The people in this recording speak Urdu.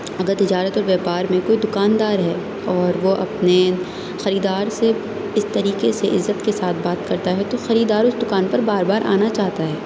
اگر تجارت اور بیوپار میں کوئی دکاندار ہے اور وہ اپنے خریدار سے اس طریقے سے عزت کے ساتھ بات کرتا ہے تو خریدار اس دکان پر بار بار آنا چاہتا ہے